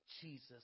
Jesus